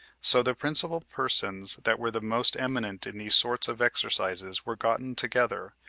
so the principal persons that were the most eminent in these sorts of exercises were gotten together,